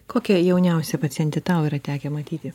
kokią jauniausia pacientę tau yra tekę matyti